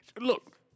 Look